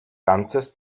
ganzes